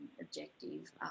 objective